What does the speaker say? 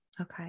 Okay